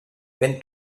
when